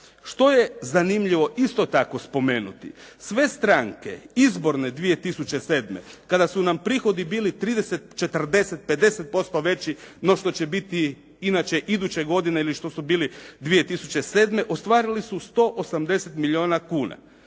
Što je zanimljivo isto tako spomenuti? Sve stranke izborne 2007. kada su nam prihodi bili 30, 40, 50% veći no što će biti inače iduće godine ili što su bili 2007. ostvarili su 180 milijuna kuna.